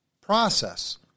process